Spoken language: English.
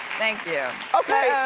thank you. okay,